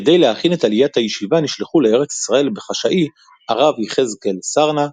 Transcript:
כדי להכין את עליית הישיבה נשלחו לארץ ישראל בחשאי הרב יחזקאל סרנא,